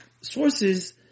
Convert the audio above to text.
sources